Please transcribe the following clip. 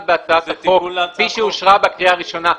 בהצעת החוק כפי שאושרה בקריאה הראשונה.